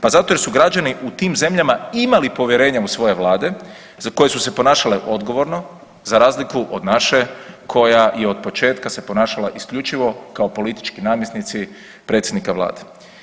Pa zato jer su građani u tim zemljama imali povjerenja u svoje vlade za koje su se ponašale odgovorno za razliku od naše koja je otpočetka se ponašala isključivo kao politički namjesnici predsjednika vlade.